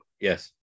Yes